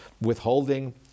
withholding